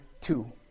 two